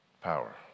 power